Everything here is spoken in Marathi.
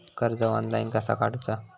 कर्ज ऑनलाइन कसा काडूचा?